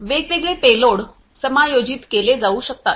वेगवेगळे पेलोड समायोजित केले जाऊ शकतात